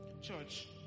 Church